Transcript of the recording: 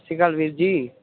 ਸਤਿ ਸ੍ਰੀ ਅਕਾਲ ਵੀਰ ਜੀ